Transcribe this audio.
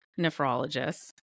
nephrologists